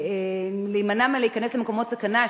להימנע מלהיכנס למקומות סכנה,